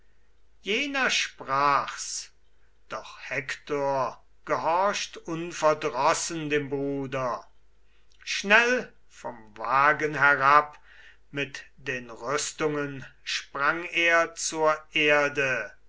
jener sprach's doch hektor gehorcht unverdrossen dem bruder schnell vom wagen herab mit den rüstungen sprang er zur erde